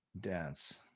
Dance